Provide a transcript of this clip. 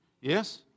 Yes